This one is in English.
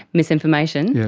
misinformation?